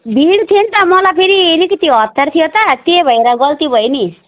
भिड थियो नि त मलाई फेरि अलिकति हतार थियो त त्यही भएर गल्ती भयो नि